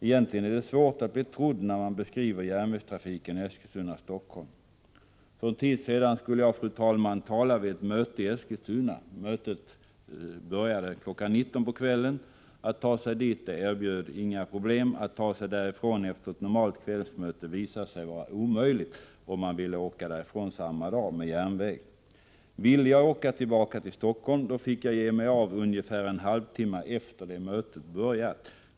Egentligen är det svårt att bli trodd när man beskriver järnvägstrafiken Eskilstuna-Stockholm. För en tid sedan skulle jag, fru talman, tala vid ett möte i Eskilstuna. Mötet började kl. 19.00. Att ta sig dit erbjöd inga problem, men att ta sig därifrån efter ett normalt kvällsmöte visade sig vara omöjligt, om man ville åka därifrån samma dag med tåg. Ville jag åka tillbaka till Stockholm, fick jag ge mig av ungefär en halvtimme efter det att mötet hade börjat.